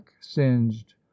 singed